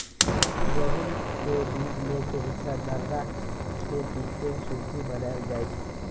गहुम के बीच में के हिस्सा दर्रा से पिसके सुज्ज़ी बनाएल जाइ छइ